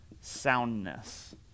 soundness